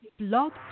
Blog